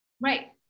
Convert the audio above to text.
Right